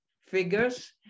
figures